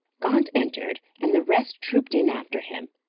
gaunt entered, and the rest trooped in after him.